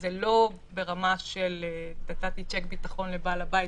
זה לא ברמה של נתתי צ'ק ביטחון לבעל הבית,